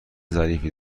ظریفی